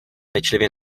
pečlivě